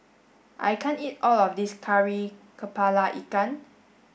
I can't eat all of this Kari Kepala Ikan